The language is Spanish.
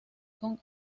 con